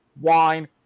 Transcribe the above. wine